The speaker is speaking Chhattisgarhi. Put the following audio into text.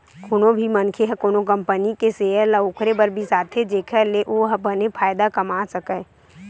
कोनो भी मनखे ह कोनो कंपनी के सेयर ल ओखरे बर बिसाथे जेखर ले ओहा बने फायदा कमा सकय